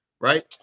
Right